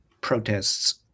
protests